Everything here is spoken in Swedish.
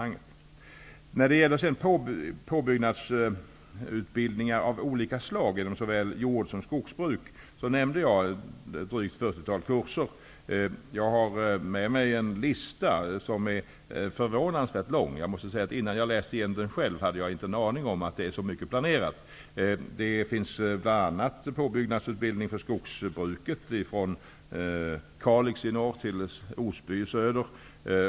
När det gäller påbyggnadsutbildningar av olika slag inom såväl jordbruk som skogsbruk, nämnde jag ett drygt fyrtiotal kurser. Jag har här en lista som är förvånansvärt lång -- innan jag själv läste den hade jag ingen aning om att så mycket planeras. Det finns bl.a. påbyggnadsutbildning för skogsbruket, från Kalix i norr till Osby i söder.